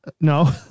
No